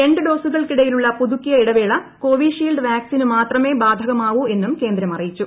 രണ്ട് ഡോസുകൾക്കിടയിലുളള പുതുക്കിയ ഇടവേള കോവിഷീൽഡ് വാക്സിനു മാത്രമേ ബാധകമാവൂ എന്നും കേന്ദ്രം അറിയിച്ചു